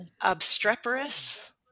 obstreperous